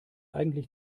eigentlich